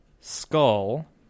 skull